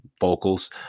vocals